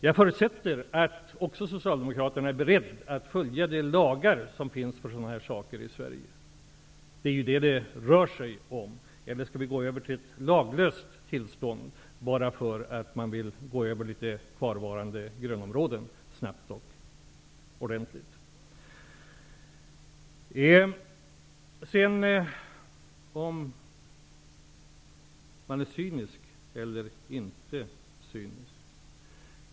Jag förutsätter att även Socialdemokraterna är beredda att följa de lagar som gäller i Sverige i sådana här fall. Eller skall vi gå över till ett laglöst tillstånd bara för att snabbt vidta åtgärder som berör några kvarvarande grönområden?